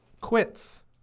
quits